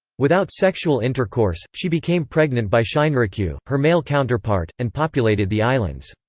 without sexual intercourse, she became pregnant by shinerikyu, her male counterpart, and populated the islands.